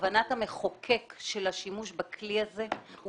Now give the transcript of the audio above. שכוונת המחוקק של השימוש בכלי הזה הוא